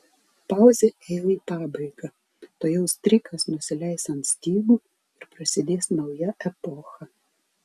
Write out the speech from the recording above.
pauzė ėjo į pabaigą tuojau strykas nusileis ant stygų ir prasidės nauja epocha